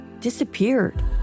disappeared